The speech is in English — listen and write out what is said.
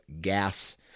gas